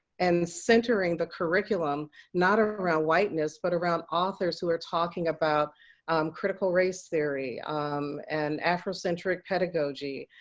and centering the curriculum not ah around whiteness but around authors who are talking about critical race theory and afro-centric pedagogy.